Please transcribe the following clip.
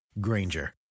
Granger